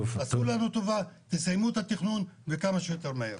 עשו לנו טובה, תסיימו את התכנון וכמה שיותר מהר.